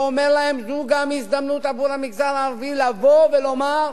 ואומר להם: זו גם הזדמנות עבור המגזר הערבי לבוא ולומר: